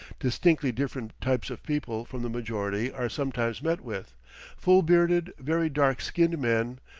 distinctly different types of people from the majority are sometimes met with full-bearded, very dark-skinned men,